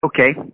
Okay